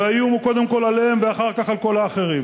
והאיום הוא קודם כול עליהם ואחר כך על כל האחרים,